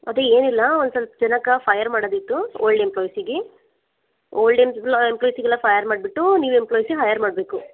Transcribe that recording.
ಅದು ಏನಿಲ್ಲ ಒಂದು ಸ್ವಲ್ಪ ಜನಕ್ಕೆ ಫೈರ್ ಮಾಡೋದಿತ್ತು ಒಲ್ಡ್ ಎಂಪ್ಲಾಯ್ಸ್ಗೆ ಒಲ್ಡ್ ಎಂಪ್ಲಾಯ್ಸ್ಗೆಲ್ಲಾ ಫೈರ್ ಮಾಡಿಬಿಟ್ಟು ನ್ಯೂ ಎಂಪ್ಲಾಯ್ಸ್ಗೆ ಹೈಯರ್ ಮಾಡಬೇಕು